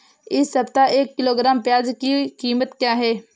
इस सप्ताह एक किलोग्राम प्याज की कीमत क्या है?